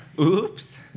Oops